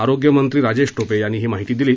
आरोग्यमंत्री राजेश टोपे यांनी ही माहिती दिली